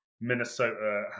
Minnesota